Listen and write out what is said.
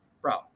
bro